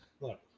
look